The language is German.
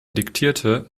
diktierte